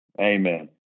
Amen